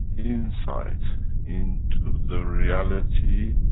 insight into the reality,